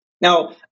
Now